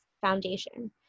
foundation